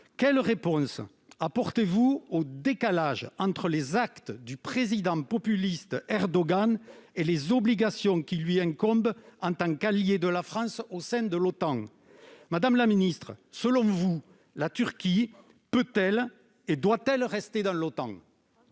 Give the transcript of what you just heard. Quelle réponse apportez-vous au décalage entre les actes du président populiste Erdogan et les obligations qui lui incombent en tant qu'allié de la France au sein de l'OTAN ? Madame la ministre, selon vous, la Turquie peut-elle et doit-elle rester dans l'OTAN ?